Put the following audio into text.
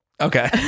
okay